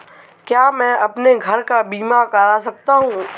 क्या मैं अपने घर का बीमा करा सकता हूँ?